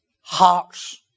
hearts